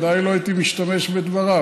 ודאי לא הייתי משתמש בדבריו.